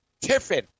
Tiffin